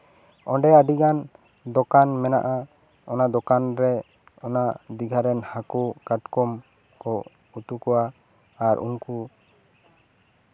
ᱚᱸᱰᱮ ᱟᱹᱰᱤᱜᱟᱱ ᱫᱚᱠᱟᱱ ᱢᱮᱱᱟᱜᱼᱟ ᱚᱱᱟ ᱫᱚᱠᱟᱱ ᱨᱮ ᱚᱱᱟ ᱫᱤᱜᱷᱟ ᱨᱮᱱ ᱦᱟᱹᱠᱩ ᱠᱟᱴᱠᱚᱢ ᱠᱚ ᱩᱛᱩ ᱠᱚᱣᱟ ᱟᱨ ᱩᱱᱠᱩ